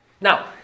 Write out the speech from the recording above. Now